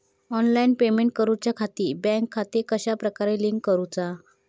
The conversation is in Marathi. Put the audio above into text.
ऑनलाइन पेमेंट करुच्याखाती बँक खाते कश्या प्रकारे लिंक करुचा?